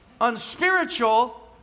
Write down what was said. unspiritual